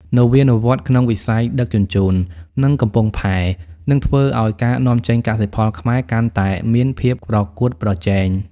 នវានុវត្តន៍ក្នុងវិស័យដឹកជញ្ជូន និងកំពង់ផែ នឹងធ្វើឱ្យការនាំចេញកសិផលខ្មែរកាន់តែមានភាពប្រកួតប្រជែង។